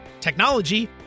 technology